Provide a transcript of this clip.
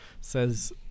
says